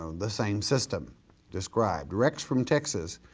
um the same system described. rex from texas,